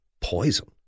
poison